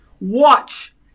Watch